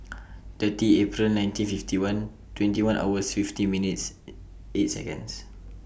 thirty April nineteen fifty one twenty one hours fifty minutes eight Seconds